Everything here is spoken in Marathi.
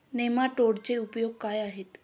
नेमाटोडचे उपयोग काय आहेत?